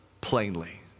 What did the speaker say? plainly